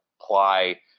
apply